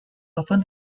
often